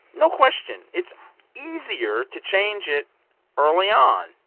no question. it's easier to change it early on.